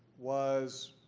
was